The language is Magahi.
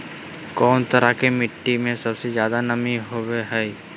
कौन तरह के मिट्टी में सबसे जादे नमी होबो हइ?